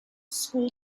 school